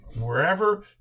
Wherever